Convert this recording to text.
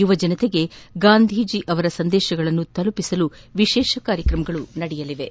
ಯುವಜನತೆಗೆ ಗಾಂಧೀಜಿ ಅವರ ಸಂದೇಶವನ್ನು ತಲಪಿಸಲು ವಿಶೇಷ ಕಾರ್ಯಕ್ರಮಗಳು ನಡೆಯಲಿವೆ